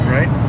Right